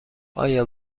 آیا